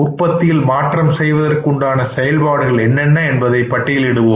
உற்பத்தியில் மாற்றம் செய்வதற்கு உண்டான செயல்பாடுகள் என்னென்ன என்பதை பட்டியல் இடுவோம்